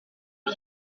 aux